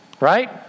right